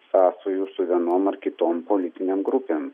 sąsajų su vienom ar kitom politinėm grupėm